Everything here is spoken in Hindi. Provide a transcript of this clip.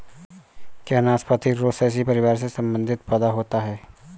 क्या नाशपाती रोसैसी परिवार से संबंधित पौधा होता है?